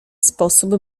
sposób